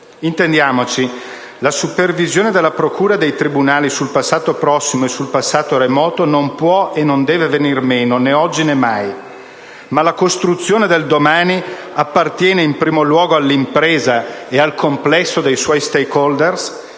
Intendiamoci: la supervisione della procura e dei tribunali sul passato prossimo e sul passato remoto non può e non deve venir meno né oggi né mai, ma la costruzione del domani appartiene in primo luogo all'impresa e al complesso dei suoi *stakeholder*